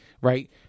right